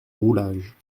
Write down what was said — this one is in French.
roulage